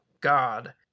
God